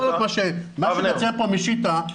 יכול להיות שמה שמציין פה משיטה,